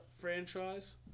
franchise